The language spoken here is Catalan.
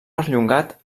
perllongat